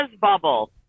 bubble